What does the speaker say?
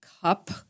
cup